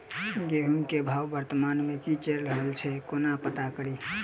गेंहूँ केँ भाव वर्तमान मे की चैल रहल छै कोना पत्ता कड़ी?